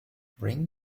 bring